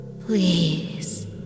Please